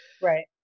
Right